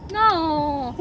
no